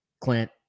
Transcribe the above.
Clint